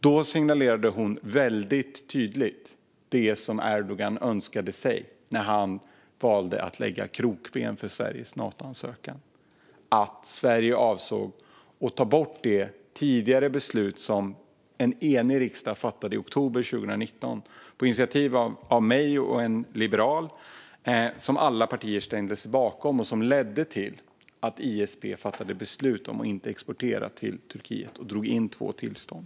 Hon signalerade då väldigt tydligt det Erdogan önskade sig när han valde att lägga krokben för Sveriges Natoansökan, nämligen att Sverige avsåg att bortse från det beslut som en enig riksdag fattade i oktober 2019, på initiativ av mig och en liberal. Alla partier ställde sig bakom det beslutet, som ledde till att ISP fattade beslut om att inte exportera till Turkiet. Man drog in två tillstånd.